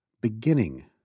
beginning